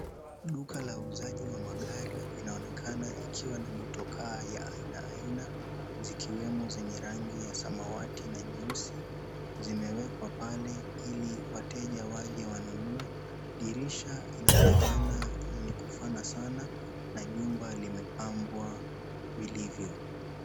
Duka la uuzaji wa magari inaonekana ikiwa na motokaa ya aina aina zikiwemo zenye rangi ya samawati na nyeusi. Zimewekwa pale Ili wateja waje wanunue. Dirisha inaonekana yenye kufana sana na jumba limebambwa vilivyo.